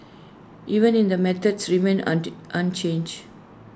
even in the methods remain unchanged